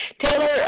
Taylor